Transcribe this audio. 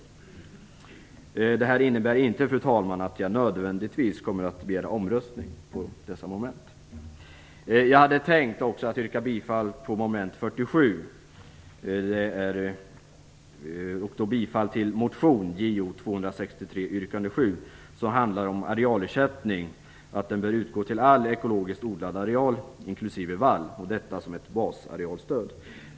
Detta innebär inte nödvändigtvis, fru talman, att jag kommer att begära omröstning om dessa moment. Jag hade också tänkt att yrka bifall till motion Jo263, yrkande 7, vid mom. 47. Det handlar om att arealersättning bör utgå till all ekologiskt odlad areal, inklusive vall - detta som ett basarealstöd.